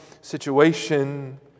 situation